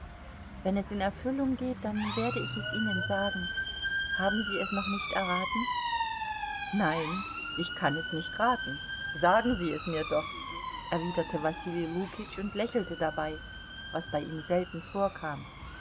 wenn es in erfüllung geht dann werde ich es ihnen sagen haben sie es noch nicht erraten nein ich kann es nicht raten sagen sie es mir doch erwiderte wasili lukitsch und lächelte dabei was bei ihm selten vorkam